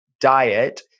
diet